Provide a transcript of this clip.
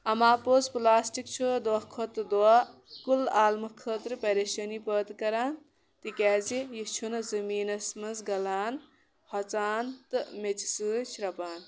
اَماپوٚز پٕلاسٹِک چھُ دۄہ کھۄتہٕ دۄہ کُل عالمہٕ خٲطرٕ پریشٲنی پٲدٕ کَران تِکیازِ یہِ چھُنہٕ زٔمیٖنَس منٛز گَلان ہۄژان تہٕ میٚژِ سۭتۍ شرٛپان